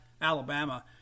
Alabama